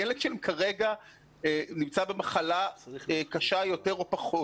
הילד שלהם כרגע נמצא במחלה קשה יותר או פחות